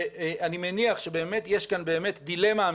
אני מניח שבאמת יש כאן דילמה אמיתית,